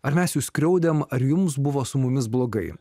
ar mes jus skriaudėm ar jums buvo su mumis blogai